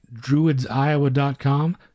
druidsiowa.com